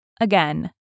Again